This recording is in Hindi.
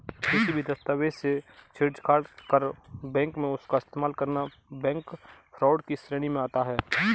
किसी भी दस्तावेज से छेड़छाड़ कर बैंक में उसका इस्तेमाल करना बैंक फ्रॉड की श्रेणी में आता है